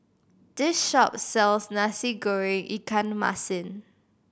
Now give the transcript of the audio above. this shop sells Nasi Goreng ikan masin